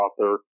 author